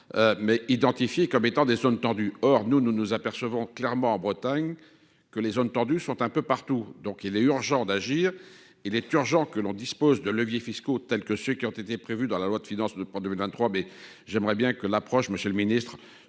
Mais identifiés comme étant des zones tendues. Or nous, nous nous apercevons clairement en Bretagne que les zones tendues, sont un peu partout donc il est urgent d'agir. Il est urgent que l'on dispose de leviers fiscaux tels que ceux qui ont été prévues dans la loi de finances de prendre le 23. J'aimerais bien que l'approche, Monsieur le Ministre